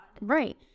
Right